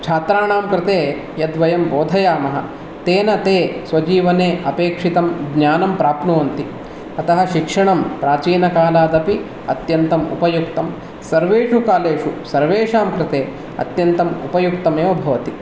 छात्राणां कृते यद्वयं बोधयामः तेन ते स्वजीवने अपेक्षितं ज्ञानं प्राप्नुवन्ति अतः शिक्षणं प्राचीनकालादपि अत्यन्तम् उपयुक्तं सर्वेषु कालेषु सर्वेषां कृते अत्यन्तम् उपयुक्तमेव भवति